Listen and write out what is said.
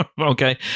Okay